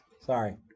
sorry